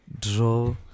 draw